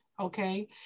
Okay